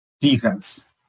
Defense